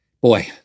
Boy